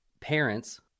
parents